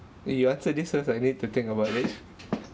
you answer this first I need to think about it